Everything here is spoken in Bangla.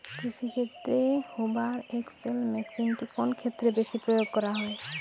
কৃষিক্ষেত্রে হুভার এক্স.এল মেশিনটি কোন ক্ষেত্রে বেশি প্রয়োগ করা হয়?